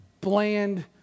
bland